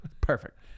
Perfect